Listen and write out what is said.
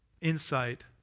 insight